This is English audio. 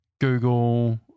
Google